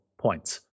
points